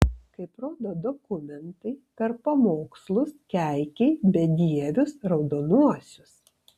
kaip rodo dokumentai per pamokslus keikei bedievius raudonuosius